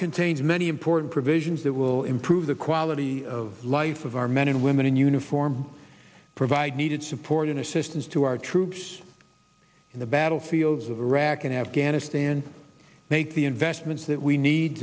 contains many important provisions that will improve the quality of life of our men and women in uniform provide needed support and assistance to our troops in the battlefields of iraq and afghanistan make the investments that we need